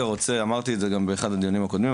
אמרתי את זה גם באחד הדיונים הקודמים,